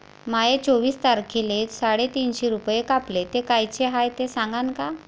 माये चोवीस तारखेले साडेतीनशे रूपे कापले, ते कायचे हाय ते सांगान का?